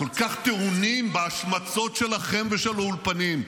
כל כך טעונים בהשמצות שלכם ושל האולפנים,